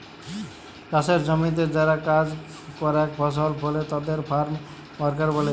চাসের জমিতে যারা কাজ করেক ফসল ফলে তাদের ফার্ম ওয়ার্কার ব্যলে